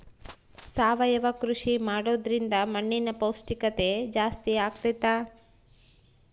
ಸಾವಯವ ಕೃಷಿ ಮಾಡೋದ್ರಿಂದ ಮಣ್ಣಿನ ಪೌಷ್ಠಿಕತೆ ಜಾಸ್ತಿ ಆಗ್ತೈತಾ?